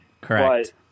Correct